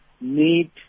need